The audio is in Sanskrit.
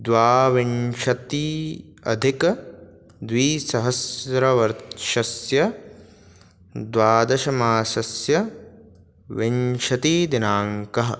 द्वाविंशति अधिकद्विसहस्रवर्षस्य द्वादशमासस्य विंशतिदिनाङ्कः